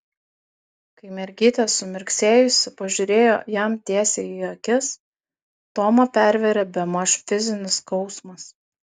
kai mergytė sumirksėjusi pažiūrėjo jam tiesiai į akis tomą pervėrė bemaž fizinis skausmas